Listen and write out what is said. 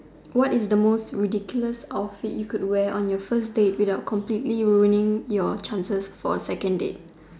what is the most ridiculous outfit you could wear on your first date without completely ruining your chances for a second date